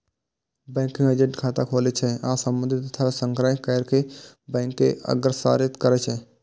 banking agent खाता खोलै छै आ संबंधित दस्तावेज संग्रह कैर कें बैंक के अग्रसारित करै छै